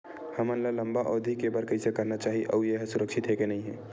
हमन ला लंबा अवधि के बर कइसे करना चाही अउ ये हा सुरक्षित हे के नई हे?